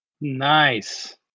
Nice